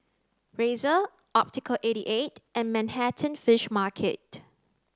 Razer Optical eighty eight and Manhattan Fish Market